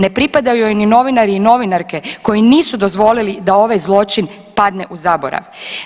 Ne pripadaju joj ni novinari i novinarke koji nisu dozvolili da ovaj zločin padne u zaborav.